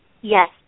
Yes